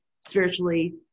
spiritually